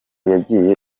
yagiye